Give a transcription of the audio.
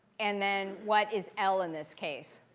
and then what is l in this case